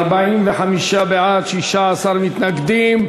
45 בעד, 16 מתנגדים,